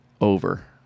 over